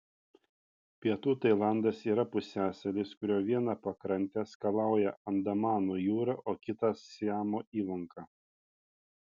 pietų tailandas yra pusiasalis kurio vieną pakrantę skalauja andamanų jūra o kitą siamo įlanka